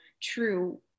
true